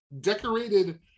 decorated